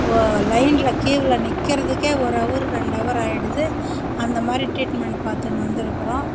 இப்போது லைனில் க்யூவில் நிற்கிறதுக்கே ஒரு அவர் ரெண்டு அவர் ஆகிடுது அந்தமாதிரி ட்ரீட்மண்ட் பார்த்துன்னு வந்திருக்குறோம்